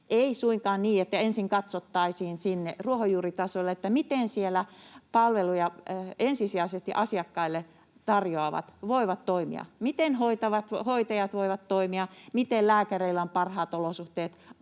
ei suinkaan niin, että ensin katsottaisiin ruohonjuuritasolla, miten siellä palveluja ensisijaisesti asiakkaille tarjoavat voivat toimia: miten hoitajat voivat toimia, miten lääkäreillä on parhaat olosuhteet